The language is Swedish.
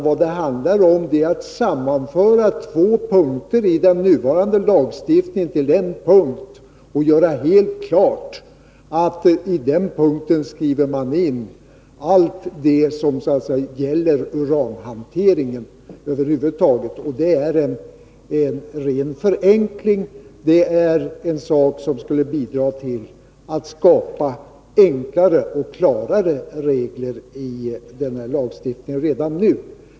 Vad det handlar om är att sammanföra två punkter i den nuvarande lagstiftningen till en punkt och göra helt klart att man i den punkten skriver in allt som gäller uranhanteringen över huvud taget. Det är en ren förenkling — det skulle bidra till att skapa enklare och klarare regler i denna lagstiftning redan nu.